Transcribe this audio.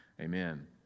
Amen